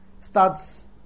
starts